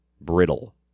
brittle